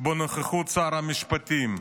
בנוכחות שר המשפטים.